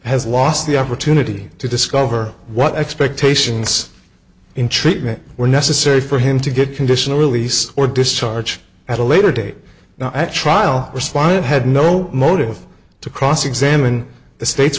has lost the opportunity to discover what expectations in treatment were necessary for him to get conditional release or discharge at a later date now at trial respondent had no motive to cross examine the state